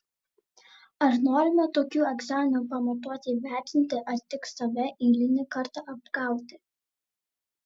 ar norime tokiu egzaminu pamatuoti įvertinti ar tik save eilinį kartą apgauti